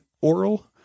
oral